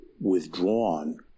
withdrawn